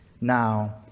Now